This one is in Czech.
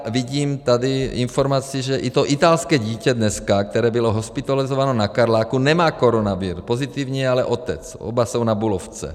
Teď vidím tady informaci, že i to italské dítě dneska, které bylo hospitalizováno na Karláku, nemá koronavir, pozitivní je ale otec, oba jsou na Bulovce.